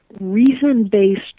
reason-based